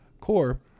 Core